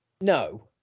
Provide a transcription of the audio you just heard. No